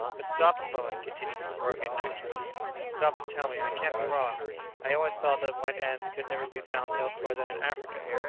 but stop a moment, continued the provoking naturalist stop, and tell me i can't be wrong i always thought that white ants could never be found elsewhere than in africa.